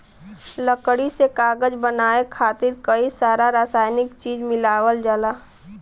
लकड़ी से कागज बनाये खातिर कई सारा रासायनिक चीज मिलावल जाला